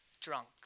drunk